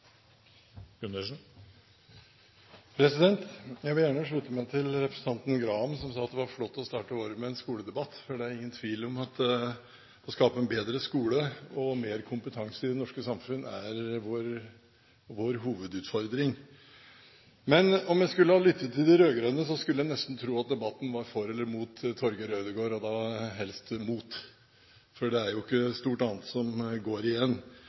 Jeg vil gjerne slutte meg til det representanten Graham sa, at det var flott å starte året med en skoledebatt. Det er ingen tvil om at det å skape en bedre skole og mer kompetanse i det norske samfunnet er vår hovedutfordring. Men om en skulle ha lyttet til de rød-grønne, skulle en nesten tro at debatten var for eller mot Torger Ødegaard – og da helst mot – for det er ikke stort annet som går igjen.